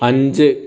അഞ്ച്